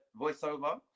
voiceover